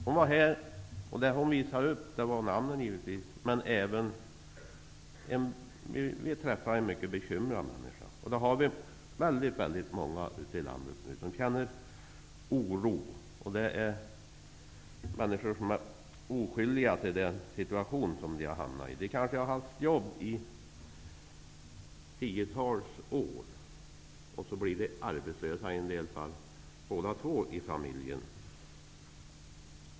Hon var givetvis här för att visa upp namnunderskrifterna, men vi träffade en mycket bekymrad människa. Sådana har vi väldigt många ute i landet nu. De känner oro. Det är människor som är oskyldiga till den situation som de har hamnat i. De har kanske haft jobb i tiotals år och sedan har båda de vuxna i familjen blivit arbetslösa.